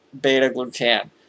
beta-glucan